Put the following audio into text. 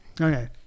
Okay